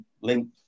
link